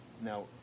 Now